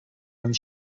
owned